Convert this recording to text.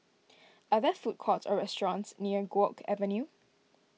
are there food courts or restaurants near Guok Avenue